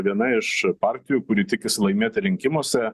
viena iš partijų kuri tikisi laimėti rinkimuose